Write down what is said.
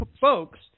folks